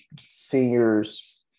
seniors